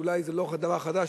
ואולי זה לא דבר חדש,